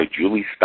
Julie